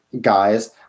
guys